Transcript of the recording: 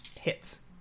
hits